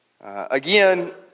again